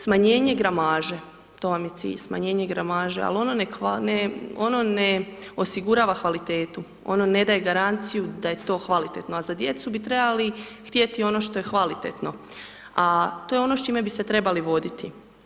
Smanjenje gramaže, to vam je cilj, smanjenje gramaže, ali ono ne osigurava kvalitetu, ono ne daje garanciju da je to kvalitetno, a za djecu bi trebali htjeti ono što je kvalitetno, a to je ono s čime bi se trebali voditi.